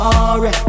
Sorry